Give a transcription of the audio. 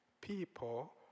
people